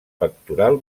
pectoral